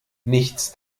nichts